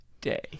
day